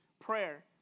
prayer